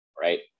Right